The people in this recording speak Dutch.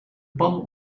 pan